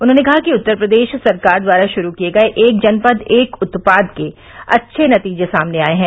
उन्होंने कहा कि उत्तर प्रदेश सरकार द्वारा शुरू किये गये एक जनपद एक उत्पाद के अच्छे नतीजे सामने आये हैं